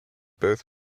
both